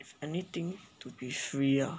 if anything to be free ah